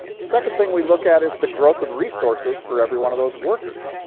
second thing we look at is the growth of resources for every one of those workers.